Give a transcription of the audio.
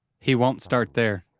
he won't start there.